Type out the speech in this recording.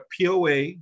POA